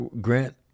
Grant